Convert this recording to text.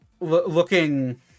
looking